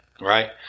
right